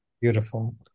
Beautiful